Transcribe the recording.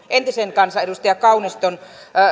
entisen kansanedustajan kauniston